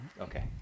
Okay